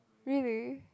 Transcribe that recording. really